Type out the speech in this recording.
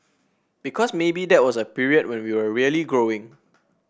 because maybe that was a period when we were really growing